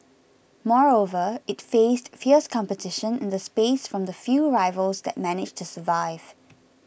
moreover it faced fierce competition in the space from the few rivals that managed to survive